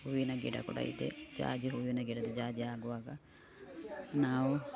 ಹೂವಿನ ಗಿಡ ಕೂಡ ಇದೆ ಜಾಜಿ ಹೂವಿನ ಗಿಡದ ಜಾಜಿ ಆಗುವಾಗ ನಾವು